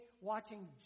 watching